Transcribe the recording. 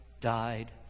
died